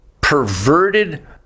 perverted